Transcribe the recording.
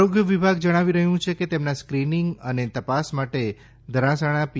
આરોગ્ય વિભાગ જણાવી રહ્યું છે કે તેમના સ્ક્રીનીંગ અને તપાસ માટે ધરાસણા પી